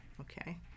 Okay